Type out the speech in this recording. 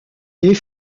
des